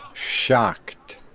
Shocked